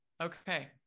okay